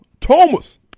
Thomas